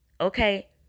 Okay